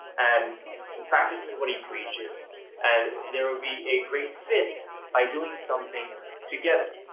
and he practices what he preaches and there will be a great fit by doing something together.